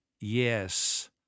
yes